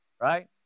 Right